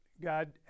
God